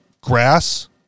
grass